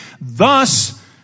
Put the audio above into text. Thus